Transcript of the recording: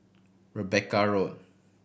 Rebecca Road